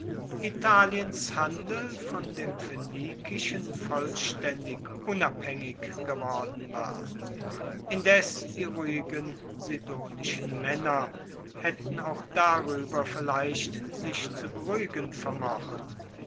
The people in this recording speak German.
italiens handel von dem phoenikischen vollstaendig unabhaengig geworden war indes die ruhigen sidonischen maenner haetten auch darueber vielleicht sich zu beruhigen vermocht